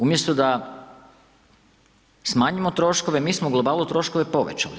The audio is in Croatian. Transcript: Umjesto da smanjimo troškove, mi smo u globalu troškove povećali.